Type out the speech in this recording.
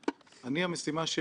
אני חייב להגיד לך,